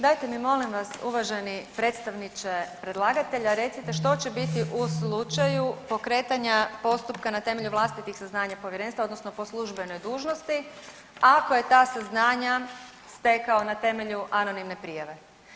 Dajte mi molim vas uvaženi predstavniče predlagatelja recite što će biti u slučaju pokretanja postupka na temelju vlastitih saznanja povjerenstva odnosno po službenoj dužnosti ako je ta saznanja stekao na temelju anonimne prijave?